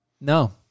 No